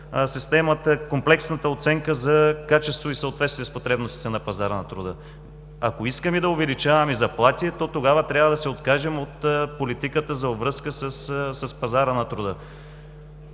комплексна оценка за качество и съответствие с потребностите на пазара на труда. Ако искаме да увеличаваме заплати, то тогава трябва да се откажем от политиката за обвръзка с пазара на труда.